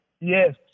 Yes